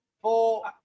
four